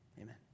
Amen